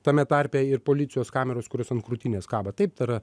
tame tarpe ir policijos kameros kurios ant krūtinės kaba taip tai yra